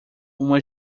uma